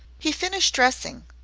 he finished dressing,